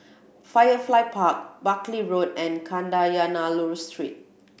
Firefly Park Buckley Road and Kadayanallur Street